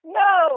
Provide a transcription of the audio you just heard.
no